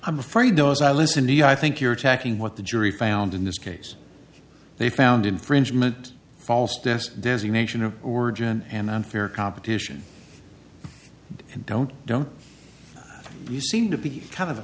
i'm afraid though as i listen to you i think you're attacking what the jury found in this case they found infringement false test designation of origin and unfair competition and don't don't you seem to be kind